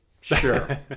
Sure